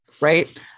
Right